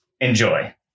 Enjoy